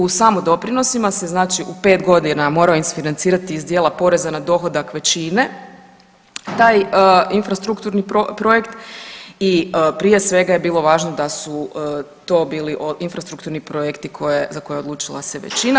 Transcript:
U samodoprinosima se znači u 5 godina morao isfinancirati iz dijela poreza na dohodak većine taj infrastrukturni projekt i prije svega je bilo važno da su to bili infrastrukturni projekti koje, za koje odlučila se većina.